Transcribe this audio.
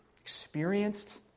experienced